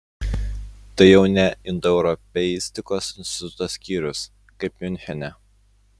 tai jau ne indoeuropeistikos instituto skyrius kaip miunchene